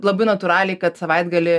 labai natūraliai kad savaitgalį